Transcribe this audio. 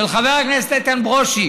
של חבר הכנסת איתן ברושי